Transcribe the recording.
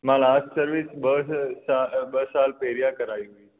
मां सर्विस ॿ साल पहिरीं कराई